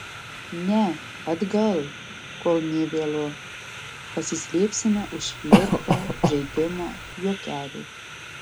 ne atgal kol nė vėlu pasislėpsime už flirto žaidimo juokelių